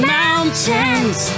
mountains